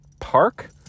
Park